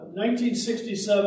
1967